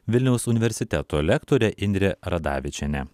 vilniaus universiteto lektorė indrė radavičienė